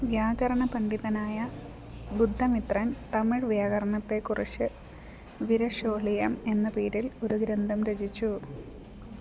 വ്യാകരണ പണ്ഡിതനായ ബുദ്ധമിത്രൻ തമിഴ് വ്യാകരണത്തേക്കുറിച്ച് വിരശോളിയം എന്ന പേരിൽ ഒരു ഗ്രന്ഥം രചിച്ചു